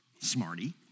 Smarty